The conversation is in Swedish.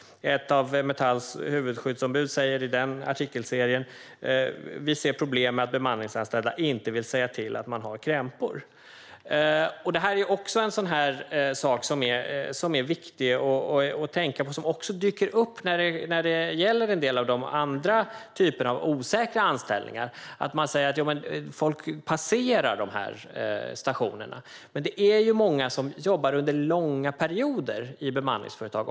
Ett av Metalls huvudskyddsombud säger i artikelserien: Vi ser problem med att bemanningsanställda inte vill säga till om krämpor. Det här är en sak som är viktig att tänka på och som också dyker upp när det gäller en del av de andra typerna av osäkra anställningar. Man säger att folk passerar de här stationerna, men det är många som jobbar under långa perioder i bemanningsföretag.